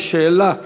יש שאילתה נוספת,